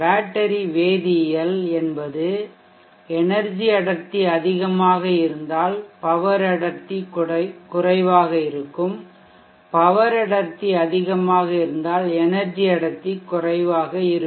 battery வேதியியல் என்பது energy அடர்த்தி அதிகமாக இருந்தால் பவர் அடர்த்தி குறைவாக இருக்கும் பவர் அடர்த்தி அதிகமாக இருந்தால் எனெர்ஜி அடர்த்தி குறைவாக இருக்கும்